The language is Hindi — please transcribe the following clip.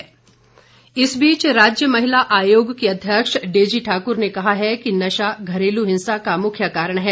डेजी ठाकुर इस बीच राज्य महिला आयोग की अध्यक्ष डेजी ठाक्र ने कहा है कि नशा घरेलू हिंसा का मुख्य कारण है